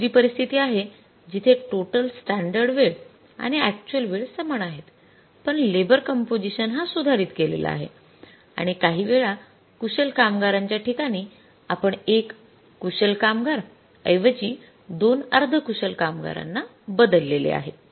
दुसरी परिस्थिती आहे जिथे टोटल स्टॅंडर्ड वेळ आणि अक्चुअल वेळ समान आहेत पण लेबर कंपोझिशन हा सुधारित केलेला आहे आणि काही वेळा कुशल कामगारांच्या ठिकाणी आपण १ कुशल कामगार ऐवजी 2 अर्ध कुशल कामगारांना बदलेले आहे